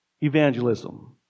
evangelism